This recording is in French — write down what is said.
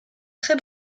très